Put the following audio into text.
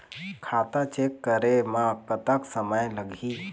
खाता चेक करे म कतक समय लगही?